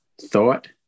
thought